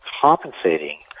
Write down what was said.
compensating